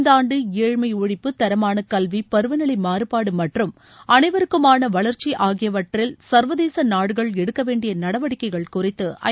இந்த ஆண்டு ஏழ்மை ஒழிப்பு தரமான கல்வி பருவநிலை மாறுபாடு மற்றும் அனைவருக்குமான வளர்ச்சி ஆகியவற்றில் சா்வதேச நாடுகள் எடுக்க வேண்டிய நடவடிக்கைகள் குறித்து ஐ